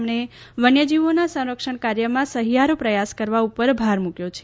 તેમણે વન્ય જીવોના સંરક્ષણ કાર્યમાં સહિયારો પ્રયાસ કરવા ઉપર ભાર મૂક્યો છે